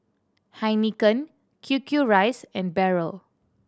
Heinekein Q Q Rice and Barrel